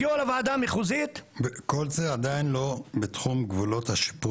הגיעו לוועדה המחוזית --- וכל זה עדיין לא בתחום גבולות השיפוט?